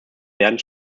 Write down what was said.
werden